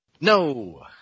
No